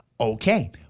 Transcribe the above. okay